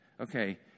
okay